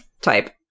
type